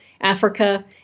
Africa